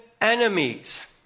enemies